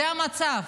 זה המצב.